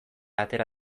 atera